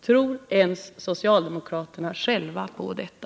Tror ens socialdemokraterna själva på detta?